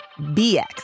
BX